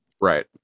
Right